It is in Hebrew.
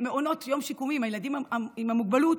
הילדים עם המוגבלות,